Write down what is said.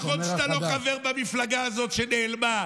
נכון שאתה לא חבר במפלגה הזאת שנעלמה,